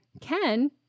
Ken